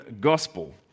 gospel